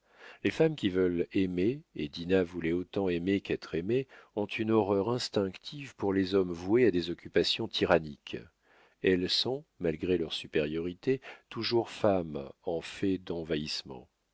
les femmes qui veulent aimer et dinah voulait autant aimer qu'être aimée ont une horreur instinctive pour les hommes voués à des occupations tyranniques elles sont malgré leurs supériorités toujours femmes en fait d'envahissement